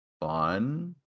fun